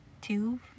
two